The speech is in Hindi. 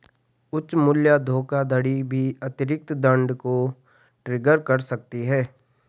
उच्च मूल्य धोखाधड़ी भी अतिरिक्त दंड को ट्रिगर कर सकती है